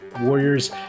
Warriors